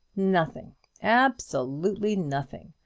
nothing absolutely nothing.